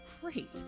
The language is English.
great